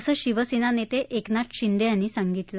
असं शिवसेना नेते एकनाथ शिंदे यांनी सांगितलं